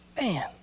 Man